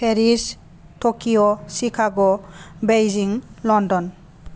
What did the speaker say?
Paris Tokyo Chicago Beijing London